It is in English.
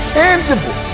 tangible